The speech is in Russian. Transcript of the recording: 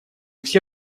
все